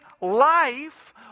life